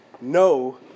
no